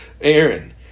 Aaron